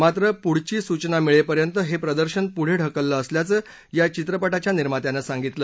मात्र पुढची सूचना मिळेपर्यंत हे प्रदर्शन पुढं ढकललं असल्याचं या चित्रपटाच्या निर्मात्यानं सांगितलं